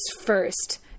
first